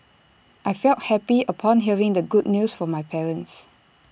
I felt happy upon hearing the good news from my parents